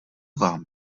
vám